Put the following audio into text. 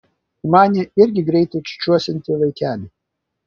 ji manė irgi greitai čiūčiuosianti vaikelį